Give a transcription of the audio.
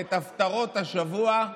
את הפטרות השבוע,